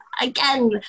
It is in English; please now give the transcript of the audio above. again